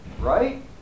Right